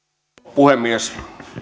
puhemies